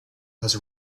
has